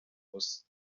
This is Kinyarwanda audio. ubusa